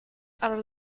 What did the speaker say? are